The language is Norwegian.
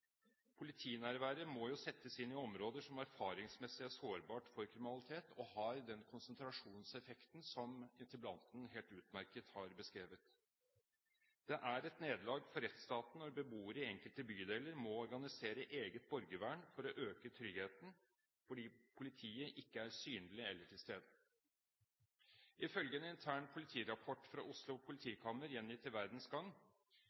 Politinærværet må jo settes inn i områder som erfaringsmessig er sårbare for kriminalitet, og som har den konsentrasjonseffekten som interpellanten helt utmerket har beskrevet. Det er et nederlag for rettsstaten når beboere i enkelte bydeler må organisere eget borgervern for å øke tryggheten, fordi politiet ikke er synlig eller til stede. I en intern politirapport fra Oslo politikammer gjengitt i Verdens Gang